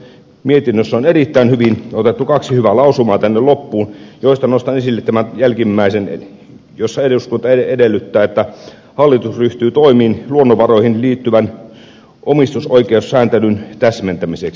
tässä mietinnössä on erittäin hyvin otettu kaksi hyvää lausumaa tänne loppuun joista nostan esille tämän jälkimmäisen jossa eduskunta edellyttää että hallitus ryhtyy toimiin luonnonvaroihin liittyvän omistusoikeussääntelyn täsmentämiseksi